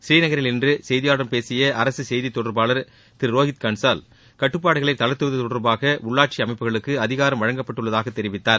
புநீநகரில் இன்று செய்தியாளர்களிடம் பேசிய அரசு செய்தித் தொடர்பாளர் திரு செரோஹித் கன்சால் கட்டுப்பாடுகளை தளர்த்துவது தொடர்பாக உள்ளாட்சி அமைப்புகளுக்கு அதிகாரம் வழங்கப்பட்டுள்ளதாக தெரிவித்தார்